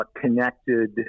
connected